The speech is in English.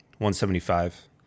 175